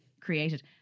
created